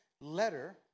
letter